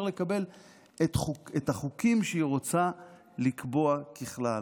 לקבל את החוקים שהיא רוצה לקבוע ככלל.